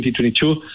2022